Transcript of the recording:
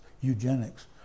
eugenics